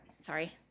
Sorry